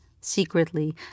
secretly